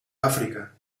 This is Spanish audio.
áfrica